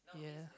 yeah